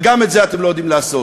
גם את זה אתם לא יודעים לעשות.